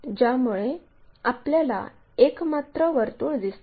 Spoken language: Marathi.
ज्यामुळे आपल्याला एकमात्र वर्तुळ दिसते